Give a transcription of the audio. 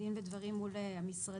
בדין ודברים מול המשרדים.